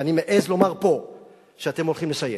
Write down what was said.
ואני מעז לומר פה שאתם הולכים לסיים.